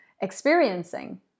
experiencing